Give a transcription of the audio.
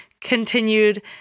continued